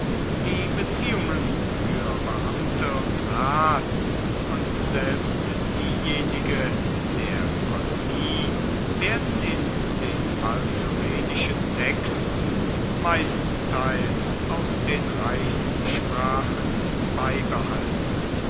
die beziehungen für beamte und rath und selbst diejenige der kolonie werden in den palmyrenischen texten meistenteils aus den reichssprachen beibehalten